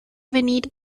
venir